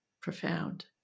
profound